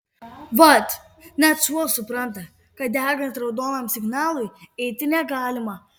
vat net šuo supranta kad degant raudonam signalui eiti negalima